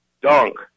dunk